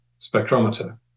spectrometer